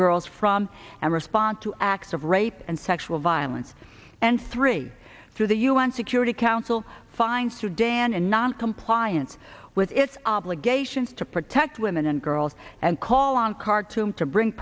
girls from and respond to acts of rape and sexual violence and three through the un security council find sudan and noncompliance with its obligations to protect women and girls and call on khartoum to bring